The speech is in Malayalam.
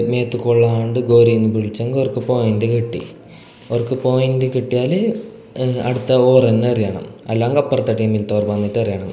മേത്ത് കൊള്ളാണ്ട് ഗോരിയെന്നു വിളിച്ചാൽ അങ്ങേർക്ക് പോയിൻറ്റ് കിട്ടി അവർക്ക് പോയിൻറ്റ് കിട്ടിയാൽ അടുത്ത ഓരന്നെ എറിയണം അല്ലെങ്കിൽ അപ്പുറത്തെ ടീമിൽത്തെ ഓർ വന്നിട്ട് എറിയണം